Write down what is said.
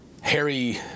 Harry